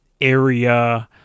area